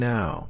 Now